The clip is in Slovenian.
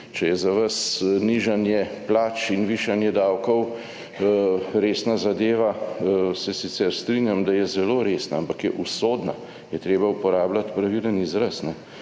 če je za vas nižanje plač in višanje davkov resna zadeva, se sicer strinjam, da je zelo resna, ampak je usodna, je treba uporabljati pravilen izraz